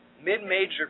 mid-major